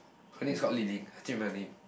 her name is called Li-Ling I still remember the name